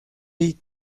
the